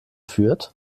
fürth